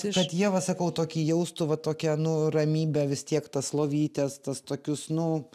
kad jie va sakau tokį jaustų va tokią nu ramybę vis tiek tas lovytes tas tokius nu